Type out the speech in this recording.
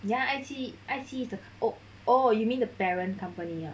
ya I_T I_T is the oh oh you mean the parent company ah